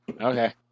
Okay